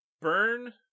Burn